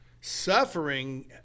suffering